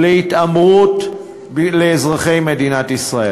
להתעמרות באזרחי מדינת ישראל.